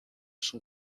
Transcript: son